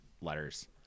letters